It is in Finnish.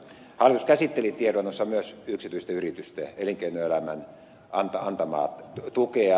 hallitus käsitteli tiedonannossa myös yksityisten yritysten ja elinkeinoelämän antamaa tukea